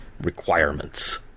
requirements